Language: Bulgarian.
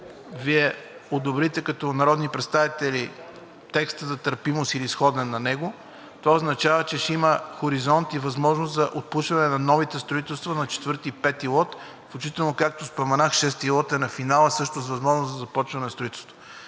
Вие одобрите – като народни представители, текста за търпимост или сходен на него, това означава, че ще има хоризонт и възможност за отпушване на новите строителства на четвърти и пети лот включително, както споменах, шести лот е на финала също с възможност за започване на строителство.